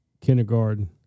kindergarten